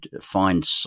find